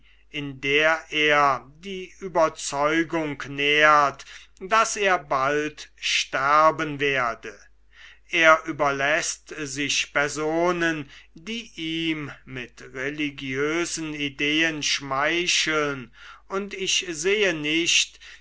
in der er die überzeugung nährt daß er bald sterben werde er überläßt sich personen die ihm mit religiösen ideen schmeicheln und ich sehe nicht